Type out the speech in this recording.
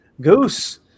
goose